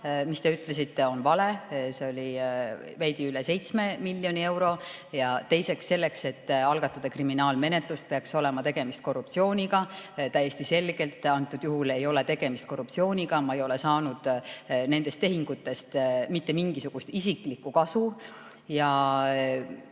mida te ütlesite, oli vale. Summa oli veidi üle 7 miljoni euro. Selleks, et algatada kriminaalmenetlust, peaks olema tegemist korruptsiooniga. Täiesti selgelt antud juhul ei ole tegemist korruptsiooniga, ma ei ole saanud nendest tehingutest mitte mingisugust isiklikku kasu.